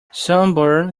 sunburn